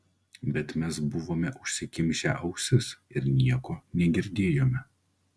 bet mes buvome užsikimšę ausis ir nieko negirdėjome